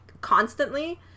constantly